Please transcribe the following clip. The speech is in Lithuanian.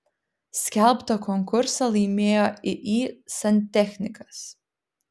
skelbtą konkursą laimėjo iį santechnikas